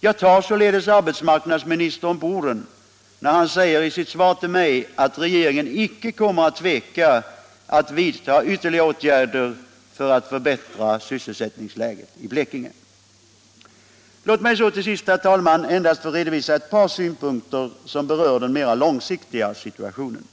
Jag tar således arbetsmarknadsministern på orden, när han säger i sitt svar till mig att regeringen icke kommer att tveka att vidta ytterligare åtgärder för att förbättra sysselsättningsläget i Blekinge. Låt mig så till sist, herr talman, anföra ett par synpunkter som berör den mera långsiktiga situationen.